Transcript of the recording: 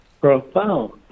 profound